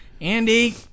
Andy